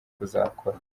kuzakora